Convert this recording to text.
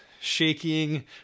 shaking